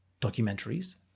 documentaries